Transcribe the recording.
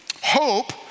Hope